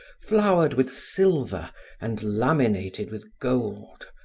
flowered with silver and laminated with gold,